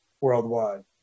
worldwide